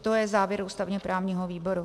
To je závěr ústavněprávního výboru.